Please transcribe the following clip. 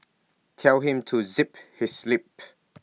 tell him to zip his lip